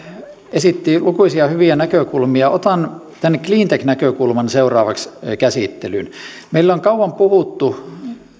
esittivät lukuisia hyviä näkökulmia otan tämän cleantech näkökulman seuraavaksi käsittelyyn meillä on kauan puhuttu